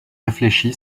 réfléchi